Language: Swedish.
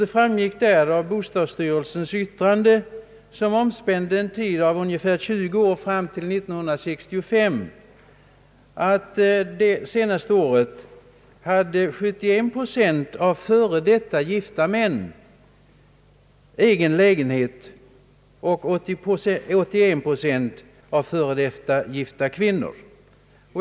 Det framgick av bostadsstyrelsens yttrande, som omspände en tid av ungefär 20 år fram till 1965, att det senaste året hade 71 procent av f. d. gifta män egen lägenhet och 81 procent av f. d. gifta kvinnor.